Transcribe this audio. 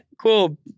cool